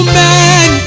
man